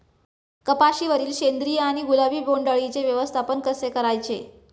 कपाशिवरील शेंदरी किंवा गुलाबी बोंडअळीचे व्यवस्थापन कसे करायचे?